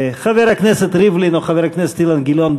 חבר הכנסת ריבלין או חבר הכנסת אילן גילאון,